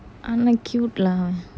unlike cute lah